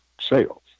sales